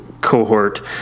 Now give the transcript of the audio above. cohort